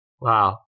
Wow